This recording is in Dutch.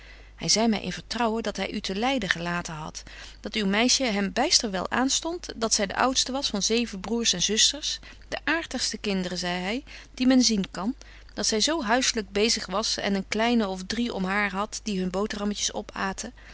hy zei my in vertrouwen dat hy u te leiden gelaten hadt dat uw meisje hem byster wel aanstondt dat zy de oudste was van zeven broêrs en zusters de aartigste kinderen zei betje wolff en aagje deken historie van mejuffrouw sara burgerhart hy die men zien kan dat zy zo huisselyk bezig was en een kleine of drie om haar hadt die hun boterhammetjes opäten